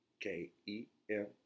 K-E-M